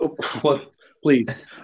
Please